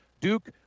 duke